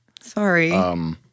Sorry